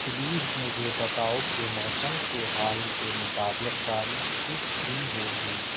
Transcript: please مجھے بتاؤ کہ موسم کے حال کے مطابق بارش کس دن ہوگی